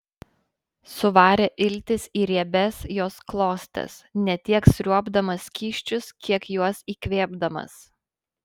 suvarė iltis į riebias jos klostes ne tiek sriuobdamas skysčius kiek juos įkvėpdamas